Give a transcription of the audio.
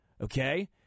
okay